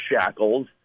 shackles